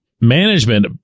management